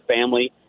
family